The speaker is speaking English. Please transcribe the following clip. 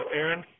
Aaron